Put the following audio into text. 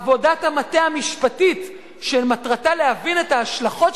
עבודת המטה המשפטית שמטרתה להבין את ההשלכות